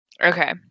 Okay